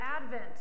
Advent